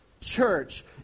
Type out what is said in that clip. Church